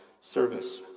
service